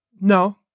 No